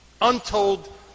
Untold